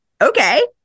Okay